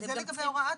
אבל זה לגבי העבר.